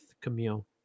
Camille